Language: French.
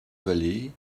vallées